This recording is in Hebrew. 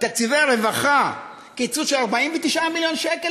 בתקציבי הרווחה קיצוץ של 49 מיליון שקל,